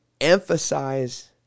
emphasize